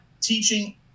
teaching